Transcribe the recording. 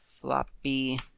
floppy